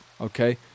okay